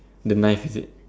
the knife is it